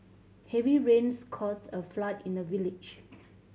heavy rains caused a flood in the village